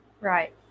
Right